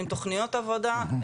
עם תכניות עבודה,